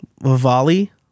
volley